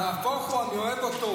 נהפוך הוא, אני אוהב אותו.